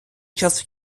час